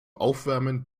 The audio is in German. aufwärmen